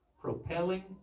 propelling